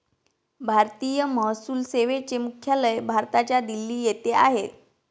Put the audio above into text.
भारतीय महसूल सेवेचे मुख्यालय भारताच्या दिल्ली येथे आहे